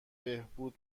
بهبود